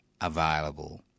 available